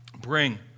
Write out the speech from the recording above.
Bring